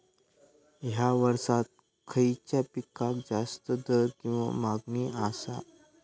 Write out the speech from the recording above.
हया वर्सात खइच्या पिकाक जास्त दर किंवा मागणी आसा?